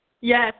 Yes